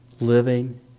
living